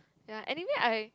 ya anyway I